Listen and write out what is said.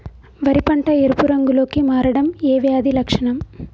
వరి పంట ఎరుపు రంగు లో కి మారడం ఏ వ్యాధి లక్షణం?